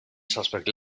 suspect